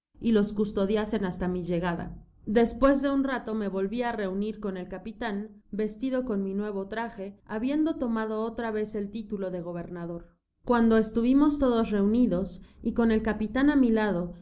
y los custodiasen hasta mi llegada despues de un rato me volví á reunir con el capitan vestido con mi nuevo traje habiendo tomado otra vez el título de gobernador cuando estuvimos todos reunidos y con el capitan á mi lado